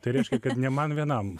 tai reiškia kad ne man vienam